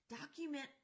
Document